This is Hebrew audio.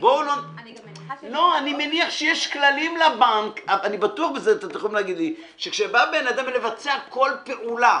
אני מניח שיש כללים לבנק שכשבא אדם לבצע כל פעולה